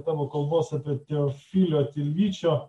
tavo kalbos apie teofilio tilvyčio